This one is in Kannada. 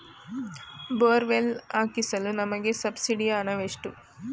ಬೋರ್ವೆಲ್ ಹಾಕಿಸಲು ನಮಗೆ ಸಬ್ಸಿಡಿಯ ಹಣವೆಷ್ಟು?